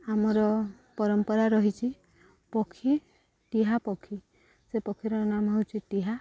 ଆମର ପରମ୍ପରା ରହିଛି ପକ୍ଷୀ ଟିହା ପକ୍ଷୀ ସେ ପକ୍ଷୀର ନାମ ହେଉଛି ଟିହା